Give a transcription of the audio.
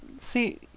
see